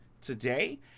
today